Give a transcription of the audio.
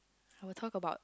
I will talk about